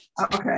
Okay